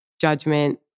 judgment